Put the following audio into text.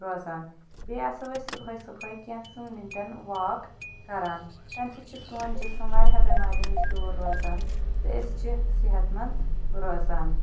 روزان بیٚیہِ آسو أسۍ صُبحٲے صُبحٲےکینٛژن منٹن واک کران تمہِ سۭتۍ چھُ سون جسٕم واریاہو بٮ۪مارٮ۪و نِش دوٗر روزان تہٕ أسۍ چھِ صحت مند روزان